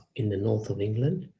in the north of england.